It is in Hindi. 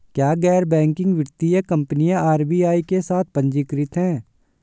क्या गैर बैंकिंग वित्तीय कंपनियां आर.बी.आई के साथ पंजीकृत हैं?